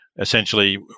essentially